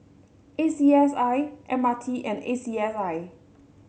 A C S I M R T and A C S I